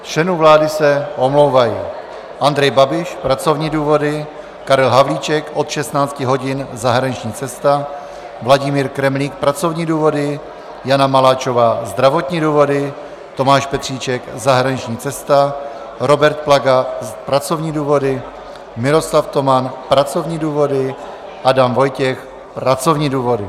Z členů vlády se omlouvají: Andrej Babiš pracovní důvody, Karel Havlíček od 16 hodin zahraniční cesta, Vladimír Kremlík pracovní důvody, Jana Maláčová zdravotní důvody, Tomáš Petříček zahraniční cesta, Robert Plaga pracovní důvody, Miroslav Toman pracovní důvody, Adam Vojtěch pracovní důvody.